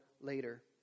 later